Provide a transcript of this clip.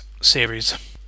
series